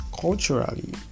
Culturally